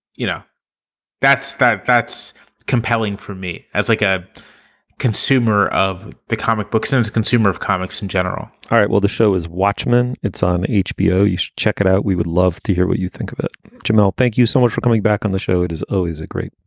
you know, that's that that's that that's compelling for me as like a consumer of the comic book since consumer of comics in general all right. well, the show is watchmen. it's on hbo. you should check it out. we would love to hear what you think of it. jamal, thank you so much for coming back on the show. it is always a great,